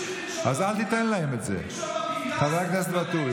אתה פשוט מפריע לוואטורי,